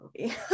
movie